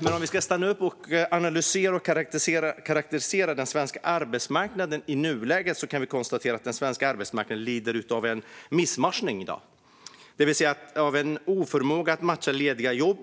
Om man ska analysera och karakterisera den svenska arbetsmarknaden i nuläget kan man konstatera att den lider av missmatchning, det vill säga en oförmåga att matcha lediga jobb